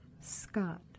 Scott